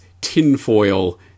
tinfoil